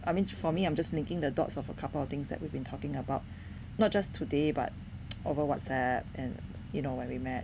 I mean for me I'm just linking the dots of a couple of things that we've been talking about not just today but over WhatsApp and you know when we met